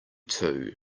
too